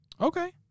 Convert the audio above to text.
Okay